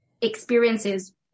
experiences